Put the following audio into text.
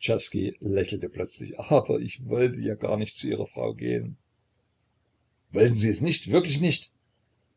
czerski lächelte plötzlich aber ich wollte ja gar nicht zu ihrer frau gehen wollten sie es nicht wirklich nicht